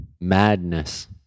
madness